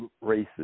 races